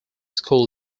school